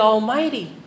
Almighty